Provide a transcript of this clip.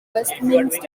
westminster